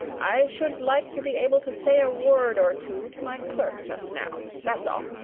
i should like to be able to say a word or two to my clerk just now. that's all.